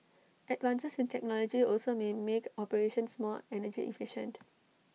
advances in technology also may make operations more energy efficient